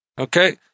Okay